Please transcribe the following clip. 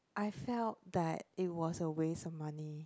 I felt that it was a waste of money